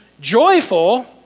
joyful